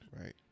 right